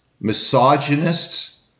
misogynists